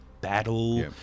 battle